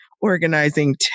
organizing